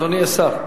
בבקשה.